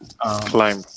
Climb